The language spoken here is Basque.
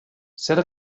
zer